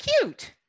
cute